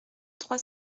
trois